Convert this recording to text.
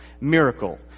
miracle